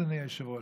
אדוני היושב-ראש.